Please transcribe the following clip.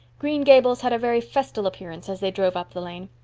green gables had a very festal appearance as they drove up the lane.